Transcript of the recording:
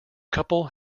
couple